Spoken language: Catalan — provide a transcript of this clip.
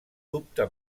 dubte